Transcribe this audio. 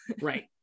Right